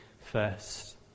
first